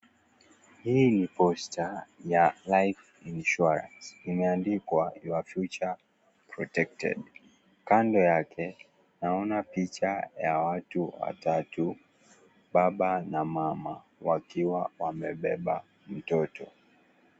Hii ni posta ya Life Insurance imeandikwa (CS)your future protected(CS). Kando yake naona picha ya watu watatu baba na mama wakiwa wamebeba mtoto.